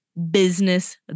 Business